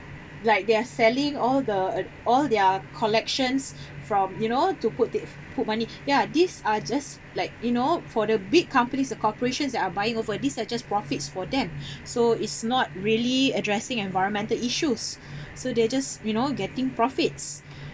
like they're selling all the uh all their collections from you know to put it put money ya these are just like you know for the big companies or corporations that are buying over these are just profits for them so it's not really addressing environmental issues so they just you know getting profits